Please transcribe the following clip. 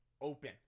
open